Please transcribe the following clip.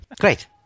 Great